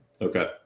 Okay